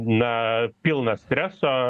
na pilnas streso